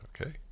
Okay